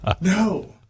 No